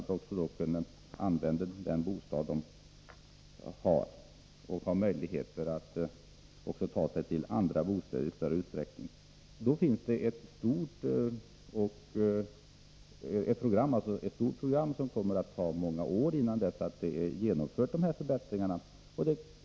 De skall kunna använda sin bostad och också ha möjlighet att i större utsträckning ta sig till andra bostäder. Det finns ett stort program för förbättringar, som det kommer att ta många år att genomföra.